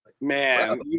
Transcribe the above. Man